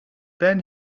then